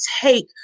take